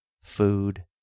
food